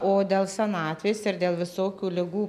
o dėl senatvės ir dėl visokių ligų